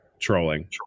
trolling